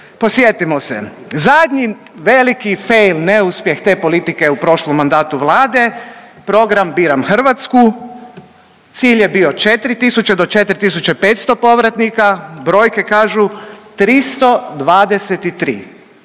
Podsjetimo se, zadnji veliki fejm, neuspjeh te politike u prošlom mandatu Vlade program „Biram Hrvatsku“. Cilj je bio 4000 do 4500 povratnika. Brojke kažu 323.